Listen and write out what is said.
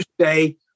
say